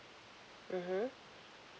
mmhmm